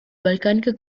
balcanica